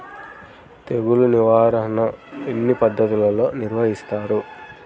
తెగులు నిర్వాహణ ఎన్ని పద్ధతులలో నిర్వహిస్తారు?